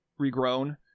regrown